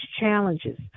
challenges